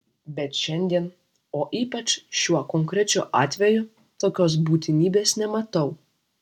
bet šiandien o ypač šiuo konkrečiu atveju tokios būtinybės nematau